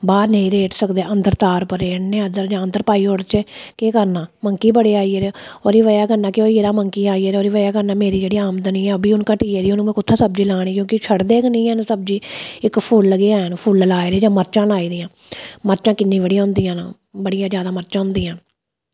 बाहर नेईं रेड़ी सकदे जा तर पर रेड़ी ओड़ने आं ते केह् करन मंकी बड़े आई गेदे ओह्दी बजह कन्नै मेरी आमदनी जेह्ड़ी घटी गेदी ऐ ते में कुत्थां सब्ज़ी लैनी ते इक्क सब्ज़ी फुल्ल ते हैन जां मर्चां लाई दियां मरचां किन्नियां होंदियां न मरचां बड़ियां होंदियां न